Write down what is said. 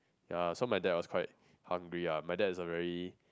ya some of them are quite hungry are whether is a very